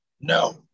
No